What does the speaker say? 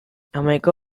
hamaika